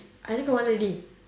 I did one already